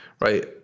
right